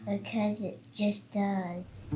because it just does.